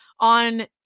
on